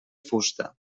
fusta